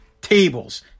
Tables